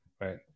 right